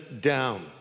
down